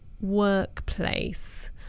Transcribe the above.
workplace